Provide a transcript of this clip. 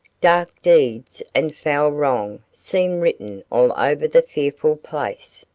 dark deeds and foul wrong seemed written all over the fearful place,